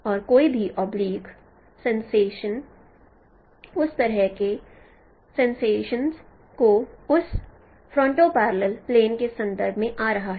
और कोई भी ऑब्लिक सेंसेशनस उस तरह की सेंसेशनस को उस फरनटो पैरलल प्लेन के संबंध में आ रहा है